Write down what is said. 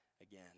again